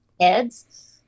kids